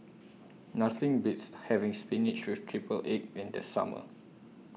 Nothing Beats having Spinach with Triple Egg in The Summer